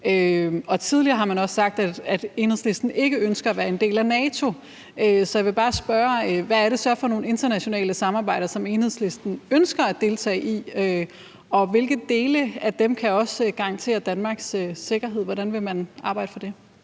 Tidligere har man også sagt, at Enhedslisten ikke ønsker at være en del af NATO. Så jeg vil bare spørge: Hvad er det så for internationale samarbejder, som Enhedslisten ønsker at deltage i, og hvilke dele af dem kan også garantere Danmarks sikkerhed?